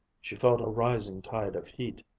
she felt a rising tide of heat.